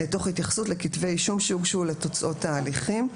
תוך התייחסות לכתבי אישום שהוגשו ולתוצאות ההליכים.